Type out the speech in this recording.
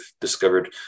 discovered